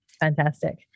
Fantastic